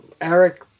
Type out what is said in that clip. Eric